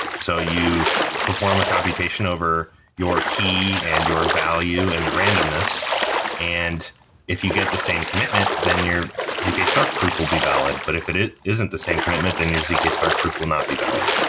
so you perform a computation over your key and your value and the randomness and if you get the same commitment, then your zk-snark proof will be valid. but if it it isn't the same commitment, then your zk-snark proof will not be valid.